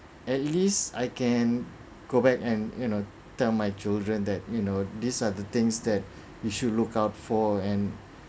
at least I can go back and you know tell my children that you know these are the things that you should look out for and